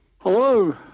Hello